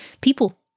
people